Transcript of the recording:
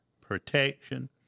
protection